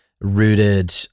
rooted